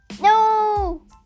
No